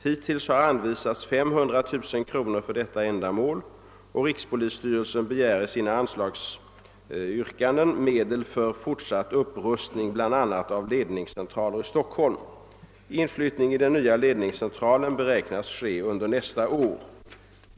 Hittills har för detta ändamål anvisats 500 000 kronor, och rikspolisstyrelsen begär i sina anslagsäskanden medel för fortsatt upprustning bl.a. av ledningscentralen i Stockholm. Inflyttning i den nya ledningscentralen beräknas ske under nästa år.